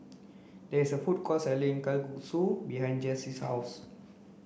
there is a food court selling Kalguksu behind Jesse's house